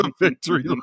victory